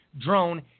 drone